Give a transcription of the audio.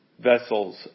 vessels